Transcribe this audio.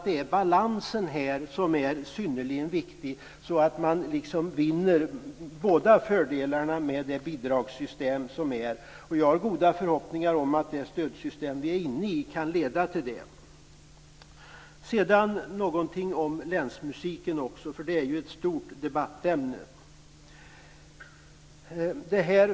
Det är balansen som är synnerligen viktig, så att man vinner flera fördelar med det bidragssystem som vi har. Jag har goda förhoppningar om att det stödsystem som vi nu har kan leda till detta. Sedan skall jag säga något om länsmusiken, eftersom det är ett stort debattämne.